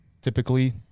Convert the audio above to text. typically